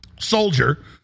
soldier